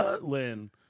Lynn